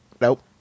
Nope